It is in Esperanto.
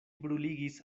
bruligis